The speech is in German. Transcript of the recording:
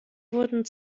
wurden